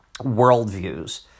worldviews